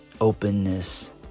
openness